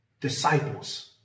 Disciples